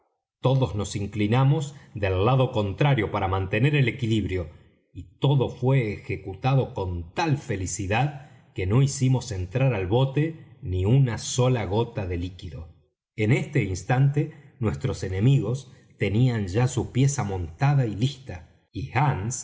todos nos inclinamos del lado contrario para mantener el equilibrio y todo fué ejecutado con tal felicidad que no hicimos entrar al bote ni una sola gota de líquido en este instante nuestros enemigos tenían ya su pieza montada y lista y hands